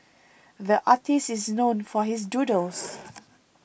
the artist is known for his doodles